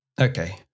Okay